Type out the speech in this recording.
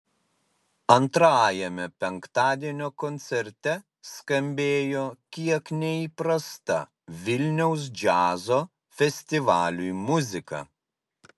antrajame penktadienio koncerte skambėjo kiek neįprasta vilniaus džiazo festivaliui muzika